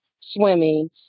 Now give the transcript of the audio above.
swimming